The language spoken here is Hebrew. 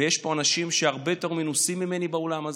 ויש פה אנשים שהרבה יותר מנוסים ממני באולם הזה,